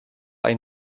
ein